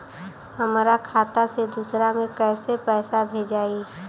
हमरा खाता से दूसरा में कैसे पैसा भेजाई?